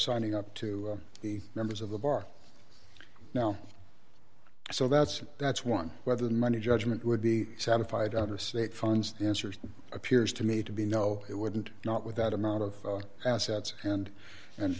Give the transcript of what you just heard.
signing up to be members of the bar now so that's that's one whether the money judgment would be satisfied under state funds the answer appears to me to be no it wouldn't not with that amount of assets and and